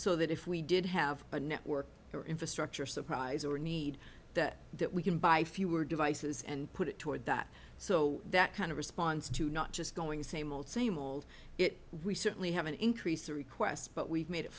so that if we did have a network or infrastructure surprise or need that that we can buy fewer devices and put it toward that so that kind of response to not just going to same old same old it we certainly haven't increased the requests but we've made it